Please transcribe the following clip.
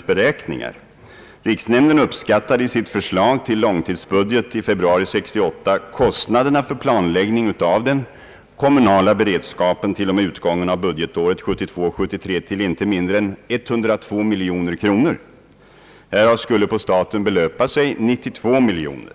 I februari 1968 uppskattade riksnämnden i sitt förslag till långtidsbudget kostnaderna för planläggningen av den kommunala beredskapen till och med utgången av budgetåret 1972/73 till inte mindre än 102 miljoner kronor. Därav skulle på staten belöpa sig 92 miljoner.